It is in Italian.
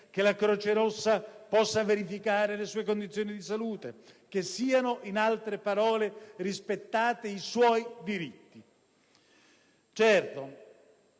che la Croce Rossa possa verificare le sue condizioni di salute, che siano, in altre parole, rispettati i suoi diritti.